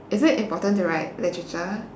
is it important to write literature